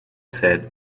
said